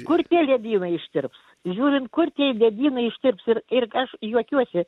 kur tie ledynai ištirps žiūrint kur tie ledynai ištirps ir ir aš juokiuosi